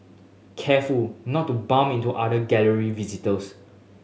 careful not to bump into other gallery visitors